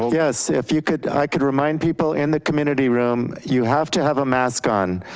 yes if you could, i could remind people in the community room, you have to have a mask on.